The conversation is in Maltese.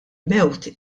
mewt